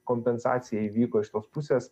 kompensacija įvyko iš tos pusės